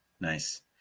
Nice